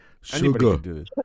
Sugar